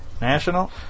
National